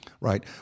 Right